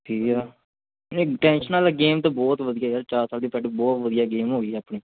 ਠੀਕ ਆ ਗੇਮ ਤਾਂ ਬਹੁਤ ਵਧੀਆ ਯਾਰ ਚਾਰ ਸਾਲ ਦੀ ਬਹੁਤ ਵਧੀਆ ਗੇਮ ਹੋ ਗਈ ਆਪਣੀ